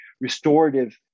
restorative